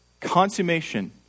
consummation